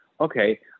okay